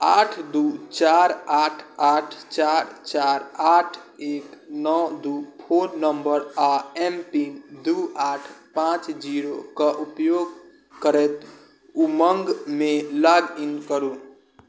आठ दू चारि आठ आठ चारि चारि आठ एक नओ दू फोन नम्बर आ एम पिन दू आठ पांँच जीरो कऽ उपयोग करैत उमंगमे लॉग इन करू